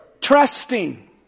Trusting